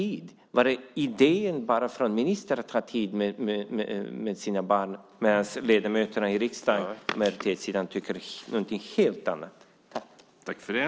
Är det en idé bara från ministern att man ska ha tid med sina barn medan ledamöterna i riksdagen, på majoritetssidan, tycker någonting helt annat?